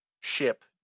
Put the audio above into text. ship